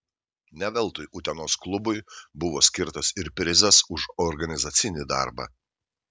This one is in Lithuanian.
ne veltui utenos klubui buvo skirtas ir prizas už organizacinį darbą